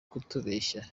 kutubeshya